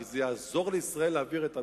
כי זה יעזור לישראל להעביר את המסר.